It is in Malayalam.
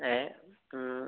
ഏഹ്